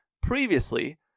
Previously